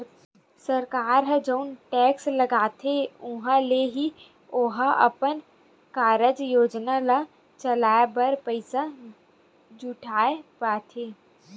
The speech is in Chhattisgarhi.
सरकार ह जउन टेक्स लगाथे उहाँ ले ही ओहा अपन कारज योजना ल चलाय बर पइसा जुटाय पाथे